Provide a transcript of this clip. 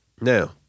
Now